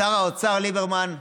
שר האוצר ליברמן,